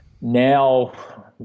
Now